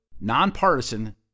nonpartisan